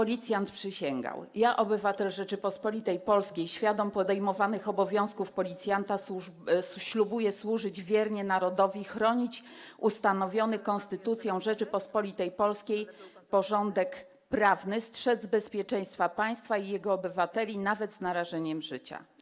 Policjant przysięgał: Ja, obywatel Rzeczypospolitej Polskiej, świadom podejmowanych obowiązków policjanta, ślubuję służyć wiernie narodowi, chronić ustanowiony Konstytucją Rzeczypospolitej Polskiej porządek prawny, strzec bezpieczeństwa państwa i jego obywateli, nawet z narażeniem życia.